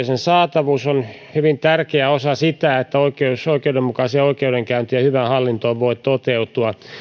sen saatavuus on hyvin tärkeä osa sitä että oikeus oikeudenmukaiseen oikeudenkäyntiin ja hyvään hallintoon voi toteutua